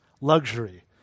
luxury